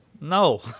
No